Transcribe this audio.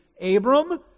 Abram